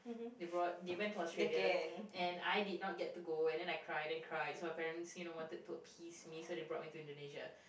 they brought they went to Australia and I did not get to go and then I cry then cry so my parents you know wanted to appease me so they brought me to Indonesia